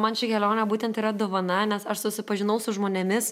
man ši kelionė būtent yra dovana nes aš susipažinau su žmonėmis